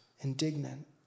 indignant